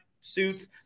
suits